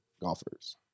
golfers